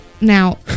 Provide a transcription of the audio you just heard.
now